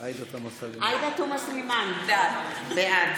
בעד עאידה תומא סלימאן, בעד